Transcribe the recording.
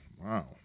wow